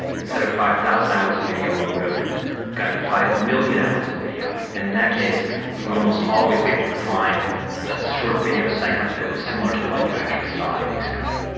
instead of five thousand hours of video we would have gotten five million hours of video, and in that case we would almost always be able to find a short video segment that was similar to the one you actually saw in the experiment.